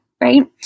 right